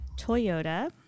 Toyota